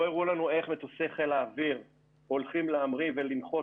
לא הראו לנו איך מטוסי חיל האוויר הולכים להמריא ולנחות